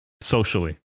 socially